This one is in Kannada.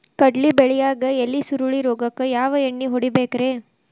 ಕಡ್ಲಿ ಬೆಳಿಯಾಗ ಎಲಿ ಸುರುಳಿ ರೋಗಕ್ಕ ಯಾವ ಎಣ್ಣಿ ಹೊಡಿಬೇಕ್ರೇ?